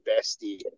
bestie